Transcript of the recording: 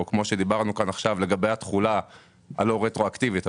או כמו שדיברנו כאן עכשיו לגבי התחולה הלא רטרואקטיבית,